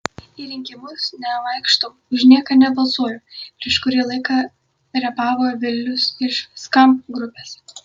į rinkimus nevaikštau už nieką nebalsuoju prieš kurį laiką repavo vilius iš skamp grupės